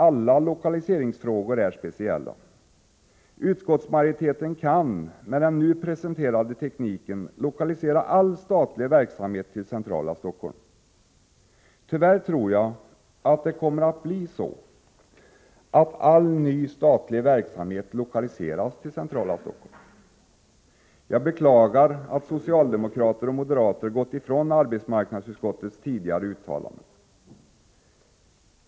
Alla lokalisermgsfrågor är speciella: Utskortsmajoriteten påarbetsmarknakan med den nu presenterade tekniken lokalisera all statlig verksamhet till denm.m. centrala Stockholm. Tyvärr tror jag att det kommer att bli så att all ny statlig verksamhet lokaliseras just hit. Jag beklagar att socialdemokrater och moderater har gått ifrån arbetsmarknadsutskottets tidigare uttalanden.